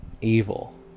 evil